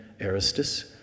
Aristus